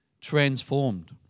transformed